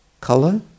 color